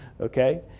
okay